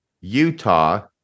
Utah